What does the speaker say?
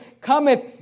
cometh